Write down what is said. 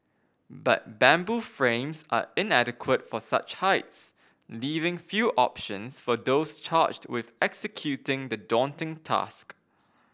but bamboo frames are inadequate for such heights leaving few options for those charged with executing the daunting task